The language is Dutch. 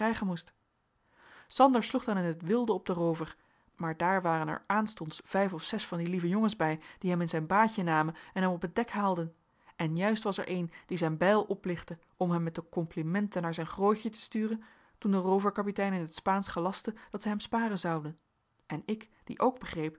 sander sloeg dan in t wilde op den roover maar daar waren er aanstonds vijf of zes van die lieve jongens bij die hem in zijn baaitje namen en hem op het dek haalden en juist was er een die zijn bijl oplichtte om hem met de complimenten naar zijn grootje te sturen toen de rooverkapitein in t spaansch gelastte dat zij hem sparen zouden en ik die ook begreep